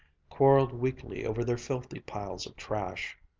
quarreled weakly over their filthy piles of trash.